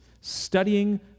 studying